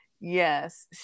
yes